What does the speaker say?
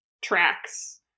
tracks